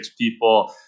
people